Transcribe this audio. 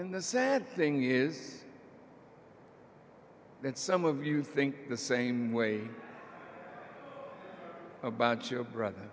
and the sad thing is and some of you think the same way about your brother